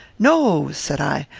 no, said i,